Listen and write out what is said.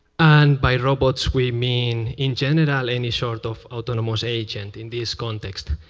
and by robots we mean in general any sort of autonomous agent in this context.